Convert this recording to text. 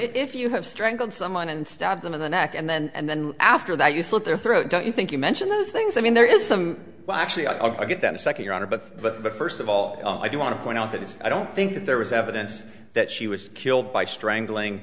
if you have strangled someone and stab them in the neck and then and then after that you slit their throat don't you think you mention those things i mean there is some well actually i'll get that a second your honor but but but first of all i do want to point out that it's i don't think there was evidence that she was killed by strangling